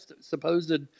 supposed